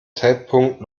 zeitpunkt